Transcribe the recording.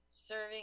serving